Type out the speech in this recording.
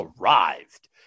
arrived